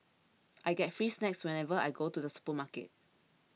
I get free snacks whenever I go to the supermarket